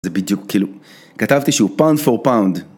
זה בדיוק כאילו, כתבתי שהוא פאונד פור פאונד